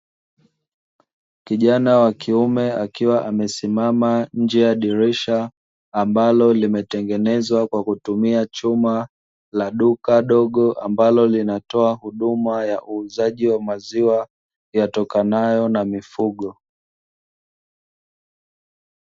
Kijana wa kiume akiwa amesimama nje ya dirisha, ambalo limetengenezwa kwa kutumia chuma, la duka dogo ambalo linatoa huduma ya uuzaji maziwa yatokanayo na mifugo.